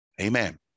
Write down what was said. Amen